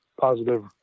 positive